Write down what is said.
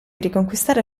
riconquistare